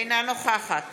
אינה נוכחת